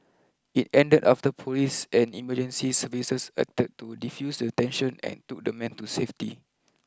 it ended after police and emergency services acted to defuse the tension and took the man to safety